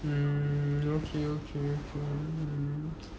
mm okay okay okay mm